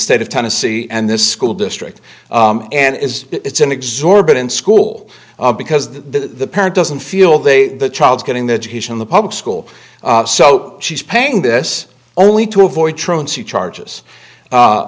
state of tennessee and the school district and is it's an exorbitant school because the parent doesn't feel they the child's getting the education in the public school so she's paying this only to avoid truancy charges